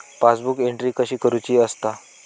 Passbook entry कशी करुची असता?